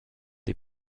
des